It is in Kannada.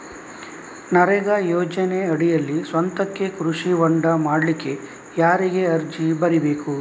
ನರೇಗಾ ಯೋಜನೆಯಡಿಯಲ್ಲಿ ಸ್ವಂತಕ್ಕೆ ಕೃಷಿ ಹೊಂಡ ಮಾಡ್ಲಿಕ್ಕೆ ಯಾರಿಗೆ ಅರ್ಜಿ ಬರಿಬೇಕು?